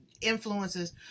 influences